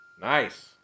Nice